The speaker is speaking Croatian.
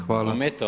Hvala.